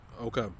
okay